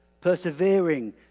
persevering